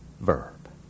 verb